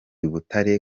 butare